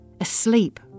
asleep